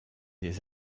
des